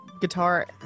guitar